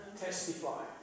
testify